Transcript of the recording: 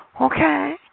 okay